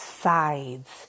sides